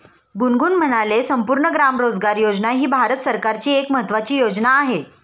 गुनगुन म्हणाले, संपूर्ण ग्राम रोजगार योजना ही भारत सरकारची एक महत्त्वाची योजना आहे